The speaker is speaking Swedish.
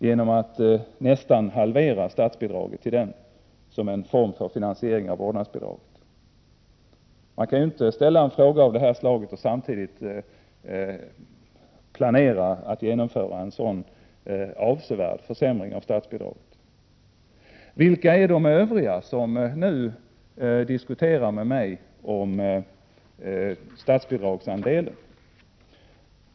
Man ville göra nästan en halvering av statsbidraget till barnomsorgen för att finansiera ett vårdnadsbidrag. Man kan inte ställa en fråga av detta slag och samtidigt planera en sådan avsevärd försämring av statsbidraget. Vilka är då de övriga som nu diskuterar med mig om statsbidragsandelen?